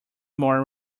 more